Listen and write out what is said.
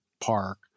park